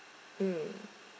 mm